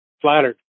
Flattered